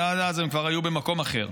ועד אז הם כבר היו במקום אחר.